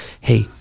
hey